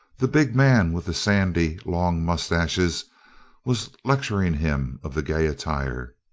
the big man with the sandy, long moustaches was lecturing him of the gay attire.